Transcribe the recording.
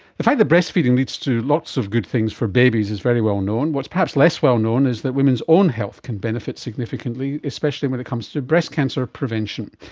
the fact that breastfeeding leads to lots of good things for babies is very well known. what is perhaps less well known is that women's own health can benefit significantly, especially when it comes to breast cancer prevention.